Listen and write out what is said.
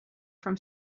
from